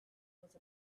close